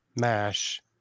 mash